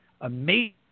amazing